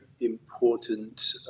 important